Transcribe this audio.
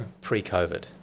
pre-covid